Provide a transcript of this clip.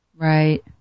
Right